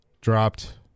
Dropped